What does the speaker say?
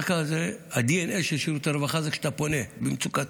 בדרך כלל הדנ"א של שירות הרווחה זה כשאתה פונה במצוקתך.